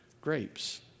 grapes